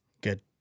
Good